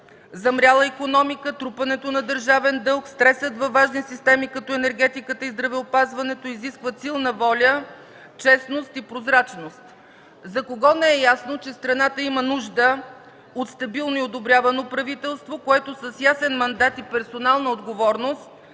замряла икономика, трупане на държавен дълг, стресът във важни системи, като енергетиката и здравеопазването, изискват силна воля, честност и прозрачност. За кого не е ясно, че страната има нужда от стабилно и одобрявано правителство, което с ясен мандат и персонална отговорност